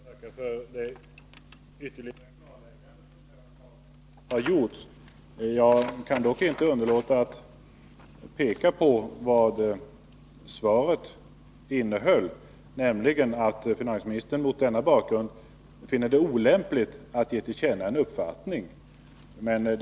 Herr talman! Jag tackar för det ytterligare klarläggande som här har gjorts. Jag kan dock inte underlåta att peka på vad svaret innehöll, nämligen ett uttalande om att finansministern mot den redovisade bakgrunden finner det olämpligt att ge till känna en uppfattning.